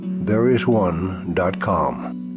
Thereisone.com